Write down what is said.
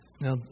Now